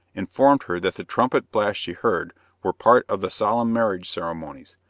informed her that the trumpet blasts she heard were part of the solemn marriage ceremonies,